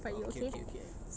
oh okay okay okay I